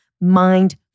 Mind